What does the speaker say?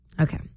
Okay